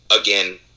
again